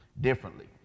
differently